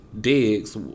digs